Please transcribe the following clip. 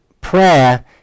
prayer